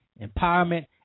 empowerment